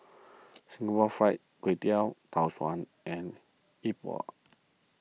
Singapore Fried Kway Tiao Suan and Yi Bua